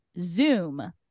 Zoom